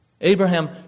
Abraham